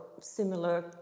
similar